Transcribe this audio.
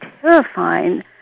terrifying